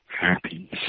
happy